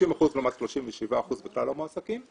50% לעומת 37% בכלל המועסקים.